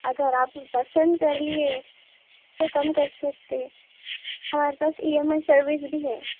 اگر آپ نے پسند کر لئے تو کم کر سکتے ہمارے پاس ای ایم آئی سروس بھی ہے